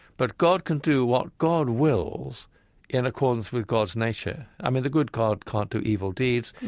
but god can do what god wills in accordance with god's nature. i mean, the good god can't do evil deeds,